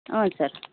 ಹಾಂ ಸರ್